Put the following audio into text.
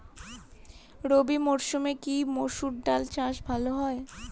রবি মরসুমে কি মসুর ডাল চাষ ভালো হয়?